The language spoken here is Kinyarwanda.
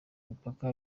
imipaka